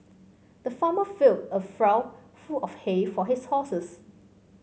the farmer filled a trough full of hay for his horses